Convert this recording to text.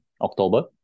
October